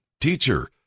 Teacher